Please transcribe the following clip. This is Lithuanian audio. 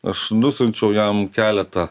aš nusiunčiau jam keletą